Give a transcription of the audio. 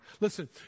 Listen